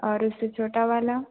और उससे छोटा वाला